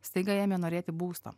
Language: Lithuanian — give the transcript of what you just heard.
staiga ėmė norėti būsto